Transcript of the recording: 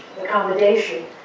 accommodation